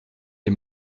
les